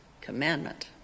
commandment